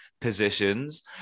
positions